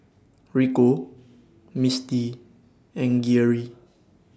Rico Misti and Geary